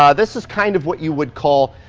um this is kind of what you would call,